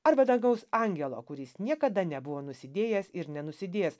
arba dangaus angelo kuris niekada nebuvo nusidėjęs ir nenusidėjęs